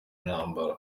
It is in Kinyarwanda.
intambara